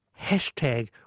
hashtag